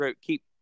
keep